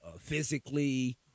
physically